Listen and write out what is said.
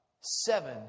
Seven